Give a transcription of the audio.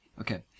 Okay